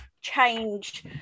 change